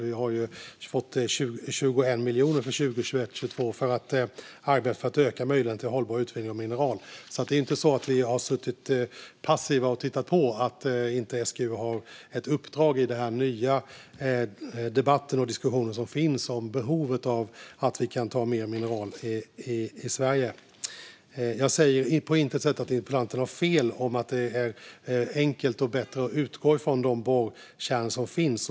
De har fått 21 miljoner för 2021-2022 till arbetet med att öka möjligheterna till hållbar utvinning av mineral. Det är alltså inte så att vi har suttit passiva och tittat på och att SGU inte har ett uppdrag i förhållande till den här nya debatten och diskussionen som finns om behovet av att ta mer mineral i Sverige. Jag säger på intet sätt att interpellanten har fel om att det är enkelt och bättre att utgå från de borrkärnor som finns.